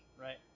Right